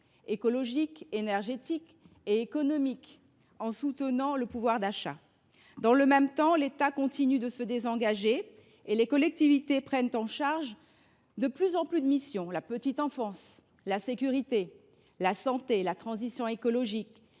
écologiques, énergétiques et économiques, en soutenant le pouvoir d’achat. Dans le même temps, l’État continue de se désengager et les collectivités prennent en charge de plus en plus de missions : la petite enfance, la sécurité, la santé, la transition écologique